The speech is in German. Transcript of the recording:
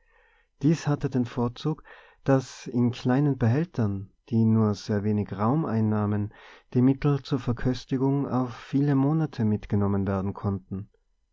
dies hatte den vorzug daß in kleinen behältern die nur sehr wenig raum einnahmen die mittel zur verköstigung auf viele monate mitgenommen werden konnten